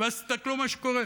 ואז תסתכלו מה שקורה: